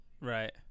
Right